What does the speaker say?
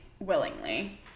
willingly